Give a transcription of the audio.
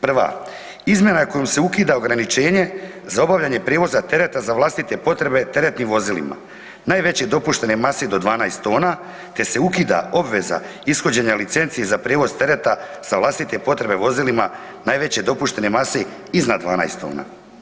Prva izmjena kojom se ukida ograničenje za obavljanje prijevoza tereta za vlastite potrebe teretnim vozilima, najveće dopuštene mase do 12 tona te se ukida obveza ishođenja licenci za prijevoz tereta za vlastite potrebe vozilima najveće dopuštene mase iznad 12 tona.